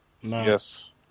Yes